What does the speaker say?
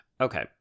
okay